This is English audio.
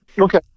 Okay